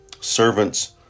servants